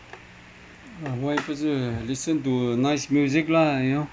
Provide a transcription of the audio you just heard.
ah why listen to uh nice music lah you know